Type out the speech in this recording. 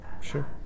Sure